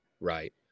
Right